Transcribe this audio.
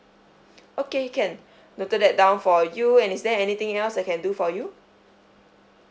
okay can noted that down for you and is there anything else I can do for you